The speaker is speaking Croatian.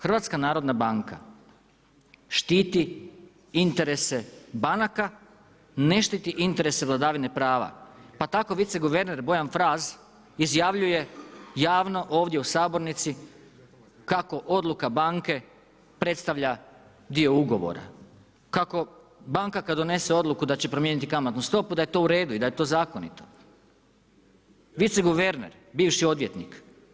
HNB štiti interese banaka, ne štititi interese vladavine prava pa tako viceguverner Bojan Fras izjavljuje javno ovdje u sabornici kako odluka banke predstavlja dio ugovora, kako banka kada donese odluku da će promijeniti kamatnu stopu da je to uredu i da je to zakonito, viceguverner bivši odvjetnik.